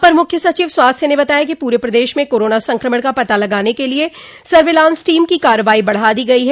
अपर मुख्य सचिव स्वास्थ्य ने बताया कि पूरे प्रदेश में कोरोना संक्रमण का पता लगाने के लिये सर्विलांस टीम की कार्रवाई बढ़ा दी गई है